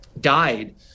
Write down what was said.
died